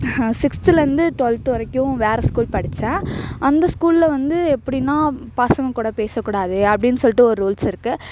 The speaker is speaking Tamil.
சிக்ஸ்த்துலேருந்து ட்வெல்த்து வரைக்கும் வேறு ஸ்கூல் படித்தேன் அந்த ஸ்கூலில் வந்து எப்படினா பசங்கக்கூட பேசக்கூடாது அப்டின்னு சொல்லிட்டு ஒரு ரூல்ஸ் இருக்குது